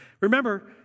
Remember